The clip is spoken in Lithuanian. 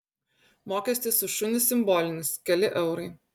mokestis už šunį simbolinis keli eurai